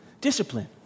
discipline